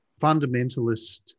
fundamentalist